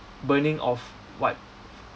burning off what